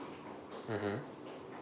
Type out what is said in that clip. mmhmm